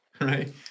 right